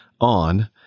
on